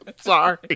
sorry